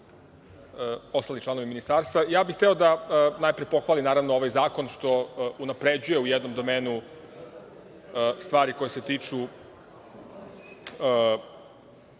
ostali članovi ministarstva, hteo bih da najpre pohvalim naravno ovaj zakon što unapređuje u jednom domenu stvari koje se tiču